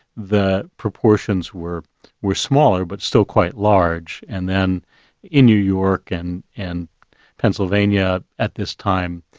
the proportions were were smaller but still quite large. and then in new york and and pennsylvania at this time,